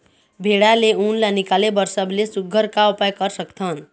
भेड़ा ले उन ला निकाले बर सबले सुघ्घर का उपाय कर सकथन?